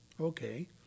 Okay